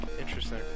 Interesting